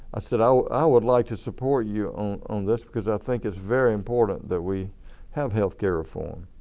i said i i would like to support you on this because i think it's very important that we have healthcare reform.